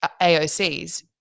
AOCs